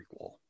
prequel